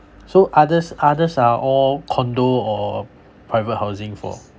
so others others are all condo or private housing for